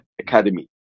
academy